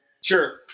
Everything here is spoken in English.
Sure